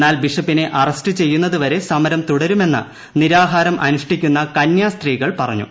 എന്നാൽ ബിഷപ്പിനെ അറസ്റ്റ് ചെയ്യുന്നതുവരെ സമരം തുടരുമെന്ന് നിരാഹാരം അനുഷ്ഠിക്കുന്ന കന്യാസ്ത്രീകൾ പറഞ്ഞു